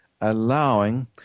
allowing